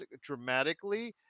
dramatically